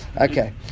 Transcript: Okay